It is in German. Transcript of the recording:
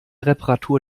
reparatur